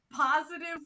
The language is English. positive